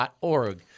org